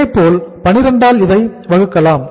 இதேபோல் 12 ஆல் இதை வகுக்கலாம்